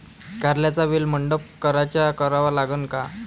कारल्याचा वेल मंडप कायचा करावा लागन?